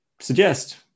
suggest